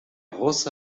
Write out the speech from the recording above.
russe